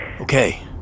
Okay